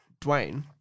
Dwayne